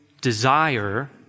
desire